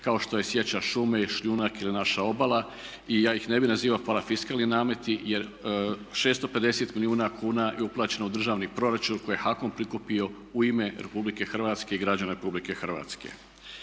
kao što je sjeća šume, šljunak ili naša obala i ja ih ne bi nazivao parafiskalnim nameti jer 650 milijuna kuna je uplaćeno u državni proračun koje je HAKOM prikupio u ime RH i građana RH. Također